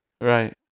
Right